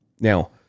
Now